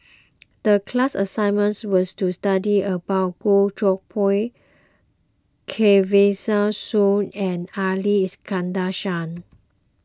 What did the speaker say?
the class assignment was to study about Goh Koh Pui Soon and Ali Iskandar Shah